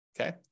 okay